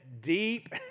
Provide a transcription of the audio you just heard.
deep